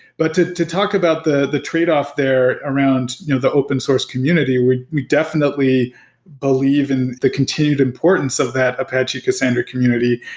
but to to talk about the the tradeoff there around you know the open source community, we we definitely believe in the continued importance of that apache cassandra community.